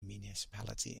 municipality